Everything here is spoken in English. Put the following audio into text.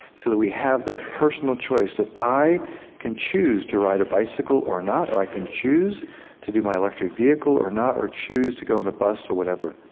so that we have that personal choice. i can choose to ride a bicycle or not, or i can choose to do my electric vehicle or not or choose to go on the bus or whatever.